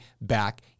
back